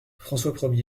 françois